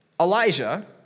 Elijah